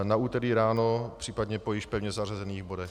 Na úterý ráno, případně po již pevně zařazených bodech.